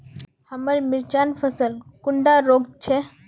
हमार मिर्चन फसल कुंडा रोग छै?